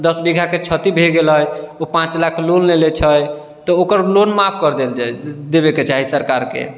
दश बीघाके क्षति भए गेलै ओ पाँच लाख लोन लेने छै तऽ ओकर लोन माफ कर देल जाए देवेके चाही सरकारकेँ